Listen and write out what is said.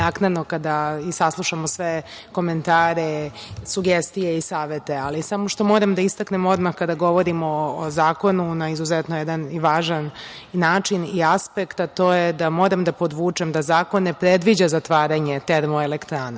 kada saslušamo sve komentare, sugestije i savete. Ono što moram da istaknem odmah, kada govorimo o zakonu, na jedan izuzetno važan način i aspekt, to je da moram da podvučem da zakon ne predviđa zatvaranje termoelektrana,